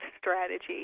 strategy